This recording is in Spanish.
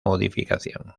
modificación